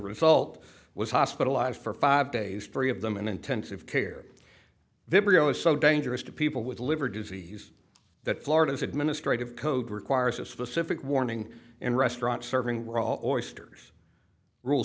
result was hospitalized for five days three of them in intensive care video is so dangerous to people with liver disease that florida's administrative code requires a specific warning and restaurant serving r